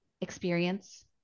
experience